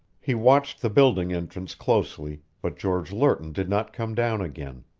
he watched the building entrance closely, but george lerton did not come down again.